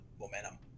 momentum